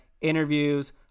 interviews